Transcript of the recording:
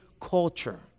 culture